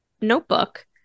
notebook